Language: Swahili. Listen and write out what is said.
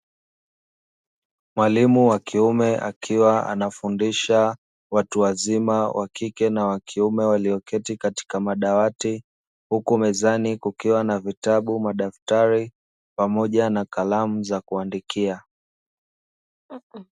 Mwalimu wa kiume akiwa anafundisha watu wazima wa kike na wa kiume, walioketi katika madawati, huku mezani kukiwa na vitabu, madaftari, pamoja na kalamu za kuandikia.